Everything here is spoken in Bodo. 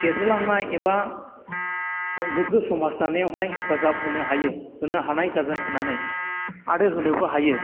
देरहोलांनाय एबा गोग्गो समाज दानायावहाय हेफाजाब होनो हायो होनो हानाय जागोन होननानै आरो होनोबो हायो